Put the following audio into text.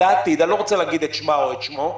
לעתיד, אני לא רוצה להגיד את שמה או את שמו,